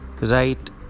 right